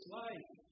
life